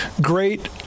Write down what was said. great